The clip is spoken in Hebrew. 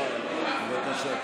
אתה בלחץ,